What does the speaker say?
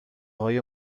های